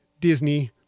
Disney